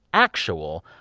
actual,